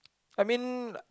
I mean